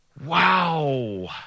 wow